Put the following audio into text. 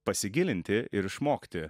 pasigilinti ir išmokti